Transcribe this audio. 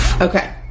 Okay